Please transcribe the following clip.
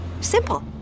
Simple